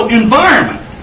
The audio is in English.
environment